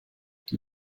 die